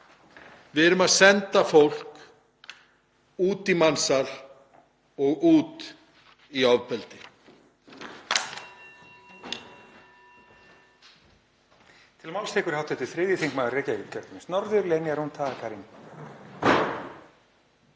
Við erum að senda fólk út í mansal og út í ofbeldi.